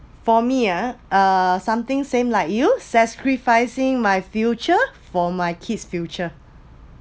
for me ah uh something same like you sacrificing my future for my kid's future